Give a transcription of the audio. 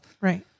Right